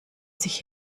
sich